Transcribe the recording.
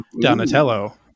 Donatello